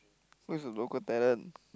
who is thw local talent